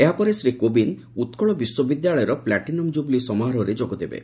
ଏହାପରେ ଶ୍ରୀ କୋବିନ୍ଦ ଉକକଳ ବିଶ୍ୱବିଦ୍ୟାଳୟର platinum jubilee ସମାରୋହରେ ଯୋଗଦେବେ